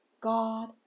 God